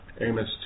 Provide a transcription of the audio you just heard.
Amos